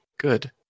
Good